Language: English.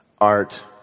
art